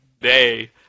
day